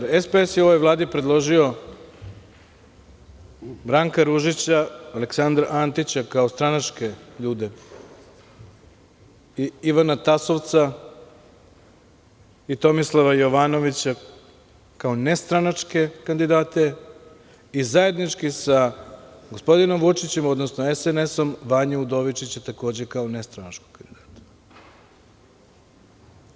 Socijalistička partija Srbije je ovoj Vladi predložio Branka Ružića, Aleksandra Antića, kao stranačke ljude i Ivana Tasovca i Tomislava Jovanovića, kao nestranačke kandidate i zajednički sa gospodinom Vučićem, odnosno SNS, Vanju Udovičića, takođe kao nestranačkog kandidata.